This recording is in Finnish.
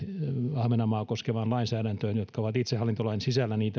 ahvenanmaata koskevaan lainsäädäntöön jotka ovat itsehallintolain sisällä